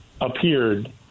appeared